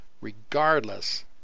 regardless